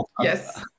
Yes